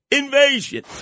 invasion